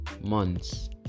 months